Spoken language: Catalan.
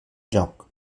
joc